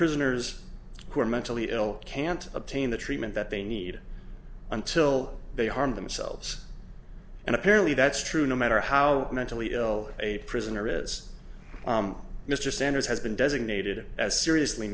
prisoners who are mentally ill can't obtain the treatment that they need until they harm themselves and apparently that's true no matter how mentally ill a prisoner is mr sanders has been designated as seriously